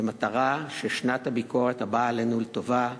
במטרה ששנת הביקורת הבאה עלינו לטובה